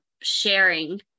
sharing